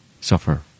suffer